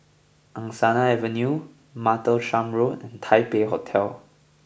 Angsana Avenue Martlesham Road and Taipei Hotel